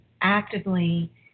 actively